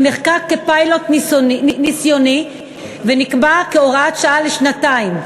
הוא נחקק כפיילוט ונקבע כהוראת שעה לשנתיים.